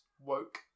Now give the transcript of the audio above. woke